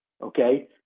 okay